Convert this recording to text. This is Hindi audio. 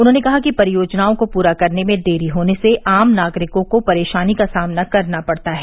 उन्होंने कहा कि परियोजनाओं को पूरा करने में देरी होने से आम नागरिकों को परेशानी का सामना करना पड़ता है